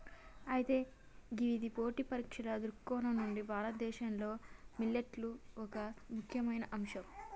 అయితే ఇవిధ పోటీ పరీక్షల దృక్కోణం నుండి భారతదేశంలో మిల్లెట్లు ఒక ముఖ్యమైన అంశం